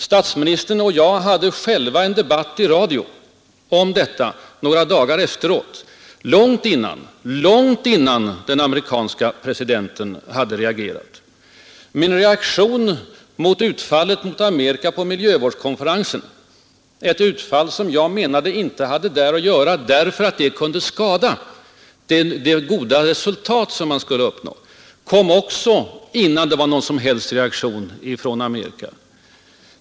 Statsministern och jag hade själva en debatt i radio några dagar efteråt, långt innan den amerikanska presidenten hade reagerat. Min kritik mot hans utfall mot USA på miljövårdskonferensen — ett utfall som jag menade inte hade där att göra och kunde skada det goda resultat som konferensen förväntades uppnå — kom också innan det blivit någon som helst reaktion från USA.